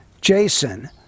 Jason